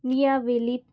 Nia Velip